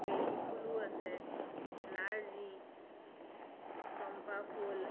বেলি ফুলো আছে নাৰ্জী চম্পা ফুল